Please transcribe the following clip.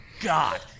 God